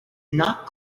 not